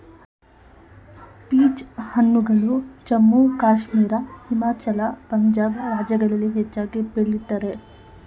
peach ಹಣ್ಣುಗಳು ಜಮ್ಮು ಕಾಶ್ಮೀರ, ಹಿಮಾಚಲ, ಪಂಜಾಬ್ ರಾಜ್ಯಗಳಲ್ಲಿ ಹೆಚ್ಚಾಗಿ ಬೆಳಿತರೆ